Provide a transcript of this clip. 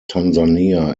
tanzania